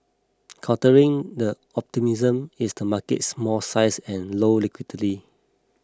countering the optimism is the market's small size and low liquidity